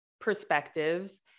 perspectives